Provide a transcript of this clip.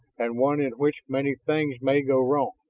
and one in which many things may go wrong.